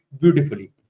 beautifully